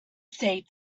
say